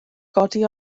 godi